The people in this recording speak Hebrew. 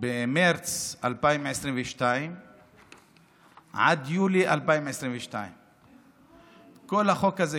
ממרץ 2022 עד יולי 2022. כל החוק הזה,